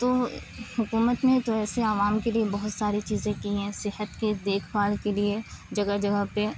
تو حکومت نے تو ایسے عوام کے لیے بہت ساری چیزیں کی ہیں صحت کے دیکھ بھال کے لیے جگہ جگہ پہ